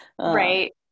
right